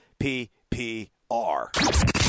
PPR